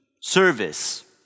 service